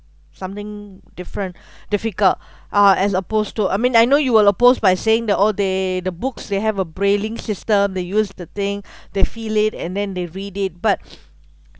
something different difficult uh as opposed to I mean I know you will oppose by saying oh they the books they have a brailling system they use the thing they feel it and then they read it but